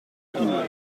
court